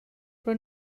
però